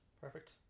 Perfect